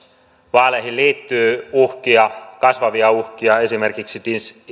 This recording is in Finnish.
vaaleihin liittyy uhkia kasvavia uhkia esimerkiksi